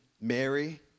Mary